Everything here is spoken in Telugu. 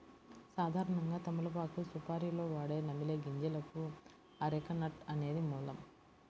సాధారణంగా తమలపాకు సుపారీలో వాడే నమిలే గింజలకు అరెక నట్ అనేది మూలం